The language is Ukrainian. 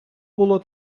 було